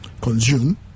consume